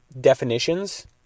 definitions